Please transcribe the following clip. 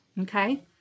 Okay